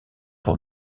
pour